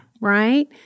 right